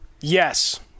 Yes